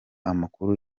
amakuru